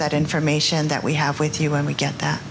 that information that we have with you let me get that